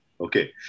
Okay